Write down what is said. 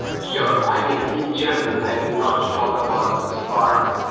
sure. i mean, in general i mean, not to talk about spark,